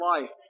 life